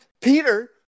Peter